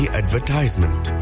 advertisement